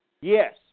Yes